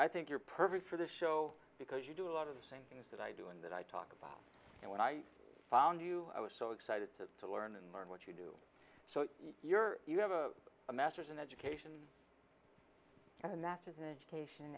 i think you're perfect for the show because you do a lot of the same thing is that i do in that i talk and when i found you i was so excited to learn and learn what you do so you're you have a masters in education and a masters in education